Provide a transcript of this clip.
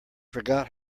forgot